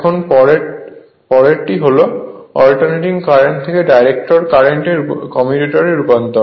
এখন পরেরটি হল অল্টারনেটিং কারেন্ট থেকে ডাইরেক্ট কারেন্টে কমিউটারের রূপান্তর